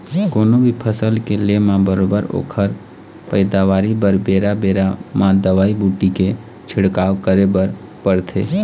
कोनो भी फसल के ले म बरोबर ओखर पइदावारी बर बेरा बेरा म दवई बूटी के छिड़काव करे बर परथे